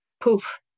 poof